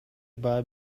баа